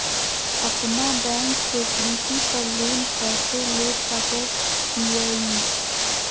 अपना बैंक से कृषि पर लोन कैसे ले सकअ हियई?